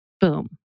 boom